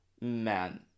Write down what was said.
Man